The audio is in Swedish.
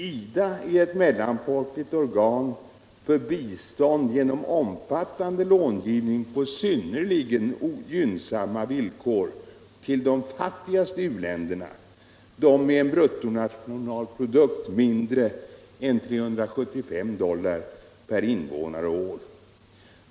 IDA är ett mellanfolkligt organ för bistånd genom omfattande långivning på synnerligen gynnsamma villkor till de fattigaste u-länderna, de med mindre bruttonationalprodukt än 375 dollar per invånare och år.